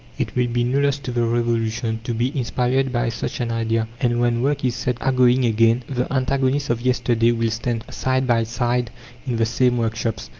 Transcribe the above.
it will be no loss to the revolution to be inspired by such an idea, and, when work is set agoing again, the antagonists of yesterday will stand side by side in the same workshops.